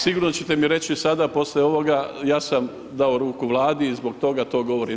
Sigurno ćete mi reći sada poslije ovoga, ja sam dao ruku Vladi i zbog toga to govorim.